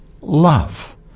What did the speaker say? love